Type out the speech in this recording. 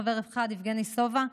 חבר אחד: יבגני סובה,